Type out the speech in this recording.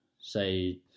Say